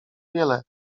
wiele